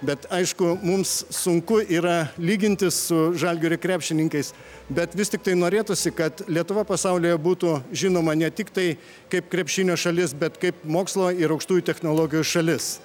bet aišku mums sunku yra lygintis su žalgirio krepšininkais bet vis tiktai norėtųsi kad lietuva pasaulyje būtų žinoma ne tiktai kaip krepšinio šalis bet kaip mokslo ir aukštųjų technologijų šalis